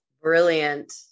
Brilliant